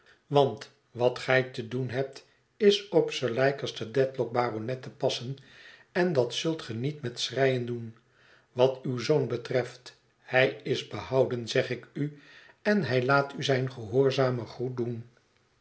want wat gij te doen hebt is op sir leicester dedlock baronet te passen en dat zult ge niet met schreien doen wat uw zoon betreft hij is behouden zeg ik u en hij laat u zijn gehoorzamen groet doen